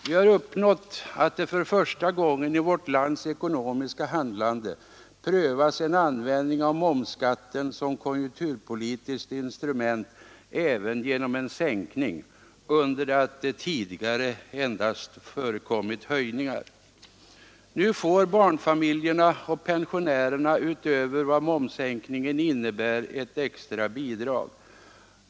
Vi har uppnått att det för första gången i vårt lands ekonomiska handlande prövas en användning av momsskatten som konjunkturpolitiskt instrument även genom en sänkning, under det att tidigare endast höjningar förekommit. Nu får barnfamiljerna och pensionärerna utöver vad momssänkningen innebär ett extra bidrag.